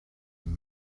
and